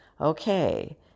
okay